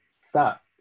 stop